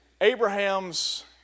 Abraham's